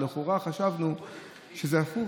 לכאורה חשבנו שזה הפוך,